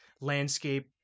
landscape